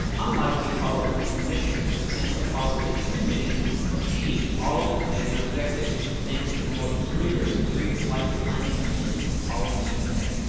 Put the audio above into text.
unlike the apollo thirteen mission, ken's apollo sixteen mission achieved all of its major objectives thanks to the most rigorous preflight planning of any apollo mission yet.